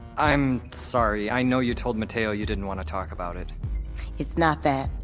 i'm sorry, i know you told mateo you didn't want to talk about it it's not that.